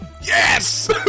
Yes